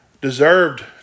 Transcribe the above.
deserved